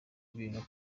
ibintu